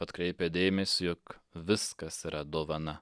atkreipia dėmesį jog viskas yra dovana